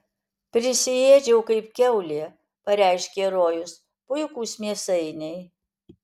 prisiėdžiau kaip kiaulė pareiškė rojus puikūs mėsainiai